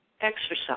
exercise